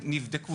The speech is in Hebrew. נבדקו.